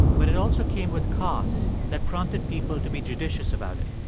but it also came with costs that prompted people to be judicious about it.